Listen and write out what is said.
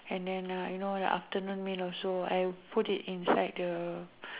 and then uh you know the afternoon meal also I put it inside the